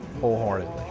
wholeheartedly